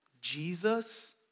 Jesus